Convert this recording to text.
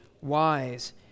wise